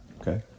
okay